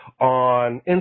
on